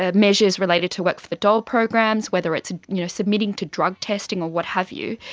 ah measures related to work for the dole programs, whether it's you know submitting to drug testing or what have you,